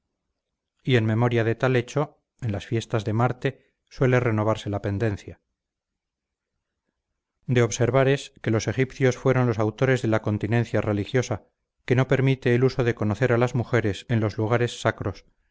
y en memoria de tal hecho en las fiestas de marte suele renovarse la pendencia de observar es que los egipcios fueron los autores de la continencia religiosa que no permite el uso de conocer a las mujeres en los lugares sacros